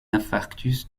infarctus